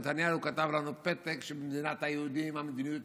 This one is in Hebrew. ונתניהו כתב לנו פתק שבמדינת היהודים המדיניות